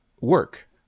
work